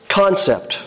concept